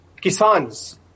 kisans